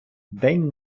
день